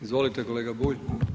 Izvolite kolega Bulj.